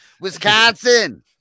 Wisconsin